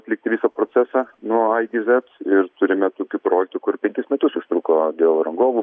atlikti visą procesą nuo a iki z ir turime tokių projektų kur penkis metus užtruko dėl rangovų